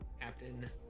Captain